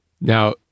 now